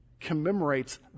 commemorates